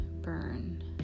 burn